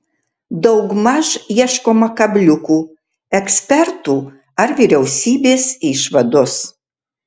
daugmaž ieškoma kabliukų ekspertų ar vyriausybės išvados